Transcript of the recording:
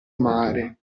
mare